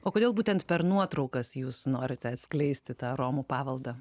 o kodėl būtent per nuotraukas jūs norite atskleisti tą romų paveldą